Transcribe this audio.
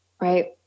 Right